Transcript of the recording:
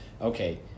okay